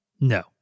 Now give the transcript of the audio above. No